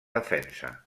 defensa